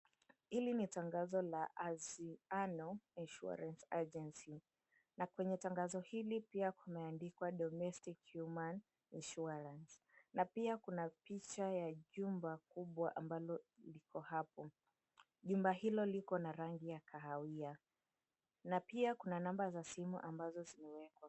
Hili ni tangazo la Anziano Insurance Agency, na kwenye tangazo hili pia kumeandikwa, Domestic Human Insurance. Na pia kuna picha ya jumba kubwa ambalo liko hapo. Jumba hilo liko na rangi ya kahawia, na pia kuna namba za simu ambazo zimewekwa.